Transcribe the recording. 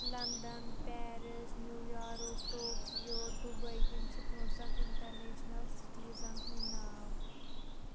London Paris New York Tokyo Dubai یِم چھِ پانٛژن اِنٹرنیشنل سِٹیٖزن ہٕنٛدۍ ناو